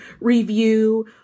review